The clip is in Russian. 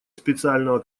специального